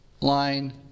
line